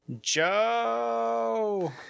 Joe